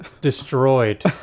Destroyed